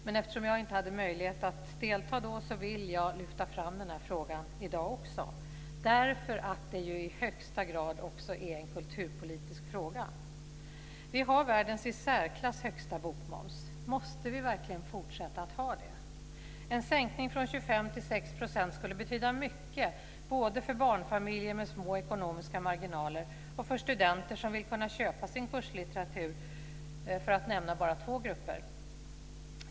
Men eftersom jag inte hade möjlighet att delta då vill jag lyfta fram den här frågan i dag också därför att det i högsta grad också är en kulturpolitisk fråga. Vi har världens i särklass högsta bokmoms. Måste vi verkligen fortsätta att ha det? En sänkning från 25 % till 6 % skulle betyda mycket både för barnfamiljer med små ekonomiska marginaler och för studenter som vill kunna köpa sin kurslitteratur, för att bara nämna två grupper.